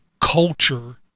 culture